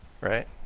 Right